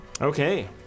Okay